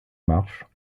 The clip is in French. marches